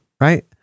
Right